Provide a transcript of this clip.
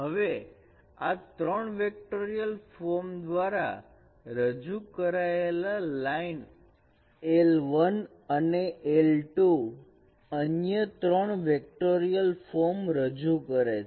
હવે આ ત્રણ વેક્ટોરીયલ ફોર્મ દ્વારા રજૂ કરાયેલ લાઇન L1 અને L2 અન્ય ત્રણ વેક્ટોરીયલ ફોર્મ રજૂ કરે છે